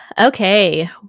Okay